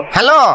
Hello